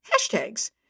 hashtags